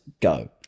go